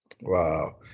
Wow